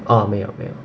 orh 没有没有